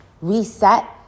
Reset